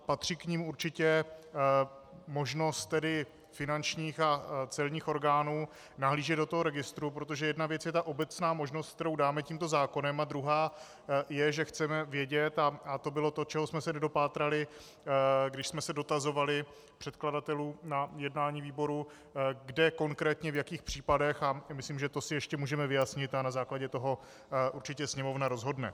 Patří k nim určitě možnost finančních a celních orgánů nahlížet do registru, protože jedna věc je obecná možnost, kterou dáme tímto zákonem, a druhá je, že chceme vědět, a to bylo to, čeho jsme se nedopátrali, když jsme se dotazovali předkladatelů na jednání výboru, kde konkrétně, v jakých případech, a myslím, že to si ještě můžeme ujasnit a na základě toho určitě Sněmovna rozhodne.